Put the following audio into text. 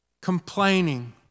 complaining